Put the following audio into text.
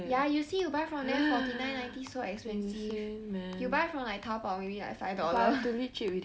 ya you see you buy from there forty nine ninety so expensive you buy from like Taobao maybe like five dollar